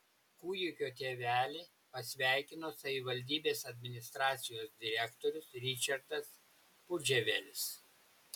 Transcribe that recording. kūdikio tėvelį pasveikino savivaldybės administracijos direktorius ričardas pudževelis